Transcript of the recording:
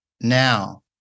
now